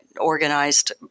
organized